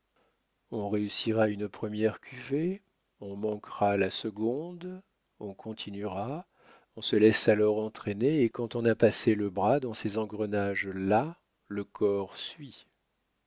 on réussira une première cuvée on manquera la seconde on continuera on se laisse alors entraîner et quand on a passé le bras dans ces engrenages là le corps suit